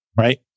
right